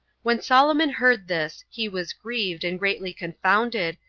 when solomon heard this he was grieved, and greatly confounded,